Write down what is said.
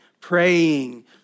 praying